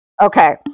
Okay